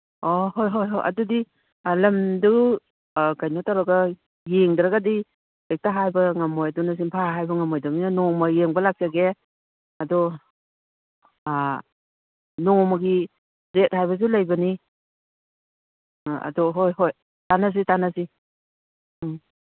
ꯑꯣ ꯍꯣꯏ ꯍꯣꯏ ꯍꯣꯏ ꯑꯗꯨꯗꯤ ꯂꯝꯗꯨ ꯀꯩꯅꯣ ꯇꯧꯔꯒ ꯌꯦꯡꯗꯔꯒꯗꯤ ꯍꯦꯛꯇ ꯍꯥꯏꯕ ꯉꯝꯃꯣꯏ ꯑꯗꯨꯅ ꯆꯤꯟꯐꯥ ꯍꯥꯏꯕ ꯉꯝꯃꯣꯏꯗꯝꯅꯤꯅ ꯅꯣꯡꯃ ꯌꯦꯡꯕ ꯂꯥꯛꯆꯒꯦ ꯑꯗꯣ ꯅꯣꯡꯃꯒꯤ ꯔꯦꯠ ꯍꯥꯏꯕꯁꯨ ꯂꯩꯕꯅꯤ ꯑꯗꯣ ꯍꯣꯏ ꯍꯣꯏ ꯇꯥꯅꯁꯤ ꯇꯥꯅꯁꯤ ꯎꯝ